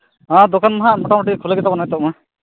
ᱦᱮᱸ ᱫᱚᱠᱟᱱ ᱢᱟ ᱦᱟᱸᱜ ᱢᱚᱴᱟᱢᱩᱴᱤ ᱠᱷᱩᱞᱟᱹᱣ ᱜᱮᱛᱟ ᱵᱚᱱᱟ ᱱᱤᱛᱳᱜ ᱢᱟ